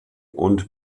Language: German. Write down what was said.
und